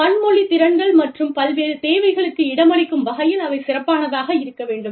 பன்மொழி திறன்கள் மற்றும் பல்வேறு தேவைகளுக்கு இடமளிக்கும் வகையில் அவை சிறப்பானதாக இருக்க வேண்டும்